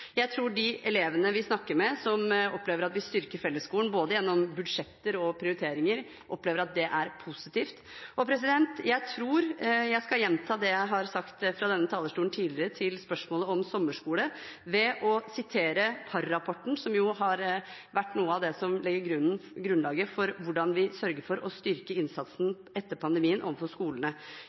Jeg tror de elevene vi snakker med, som opplever at vi styrker fellesskolen, både gjennom budsjetter og prioriteringer, opplever at det er positivt. Jeg tror jeg skal gjenta det jeg har sagt fra denne talerstolen tidligere vedrørende spørsmålet om sommerskole, ved å sitere Parr-rapporten, som har vært noe av det som legger grunnlaget for hvordan vi sørger for å styrke innsatsen overfor skolene etter pandemien.